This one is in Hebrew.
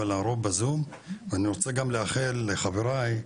אבל הרוב בזום ואני רוצה גם לאחל לחבריי,